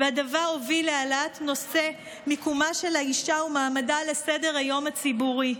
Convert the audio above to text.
והדבר הוביל להעלאת נושא מקומה של האישה ומעמדה על סדר-היום הציבורי.